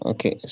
Okay